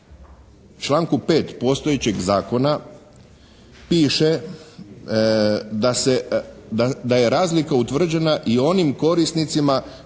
članku 5. postojećeg zakona piše da se, da je razlika utvrđena i onim korisnicima